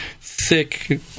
thick